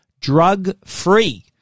drug-free